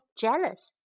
jealous